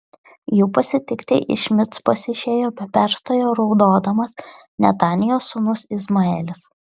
jų pasitikti iš micpos išėjo be perstojo raudodamas netanijos sūnus izmaelis